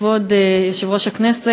כבוד יושב-ראש הכנסת,